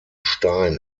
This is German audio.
stein